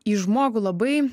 į žmogų labai